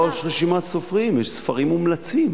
לא רשימת סופרים, יש ספרים מומלצים.